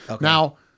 Now